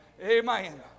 Amen